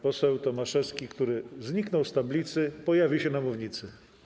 Poseł Tomaszewski, który zniknął z tablicy, pojawi się na mównicy.